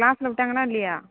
கிளாஸ்ஸில் விட்டாங்களா இல்லையா